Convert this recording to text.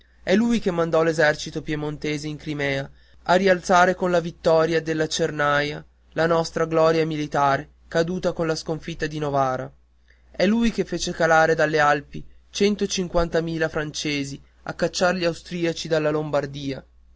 è lui che mandò l'esercito piemontese in crimea a rialzare con la vittoria della cernaia la nostra gloria militare caduta con la sconfitta di novara è lui che fece calare dalle alpi centocinquantamila francesi a cacciar gli austriaci dalla lombardia